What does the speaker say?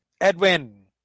Edwin